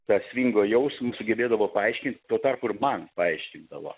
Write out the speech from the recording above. tą svingo jausmą sugebėdavo paaiškint tuo tarpu ir man paaiškindavo